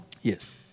Yes